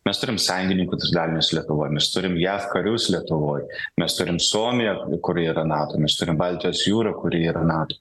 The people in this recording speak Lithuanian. mes turim sąjungininkų dalinius lietuvoj mes turim jav karius lietuvoj mes turime suomiją kuri yra nato mes turi baltijos jūrą kuri yra nato